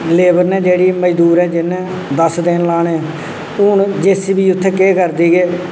labour ने जेह्ड़ी मजदूरें जिन्नै दस दिन लाने हून जे सी बी उत्थै केह् करदी केह्